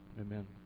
Amen